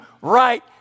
right